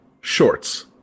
shorts